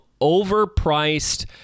overpriced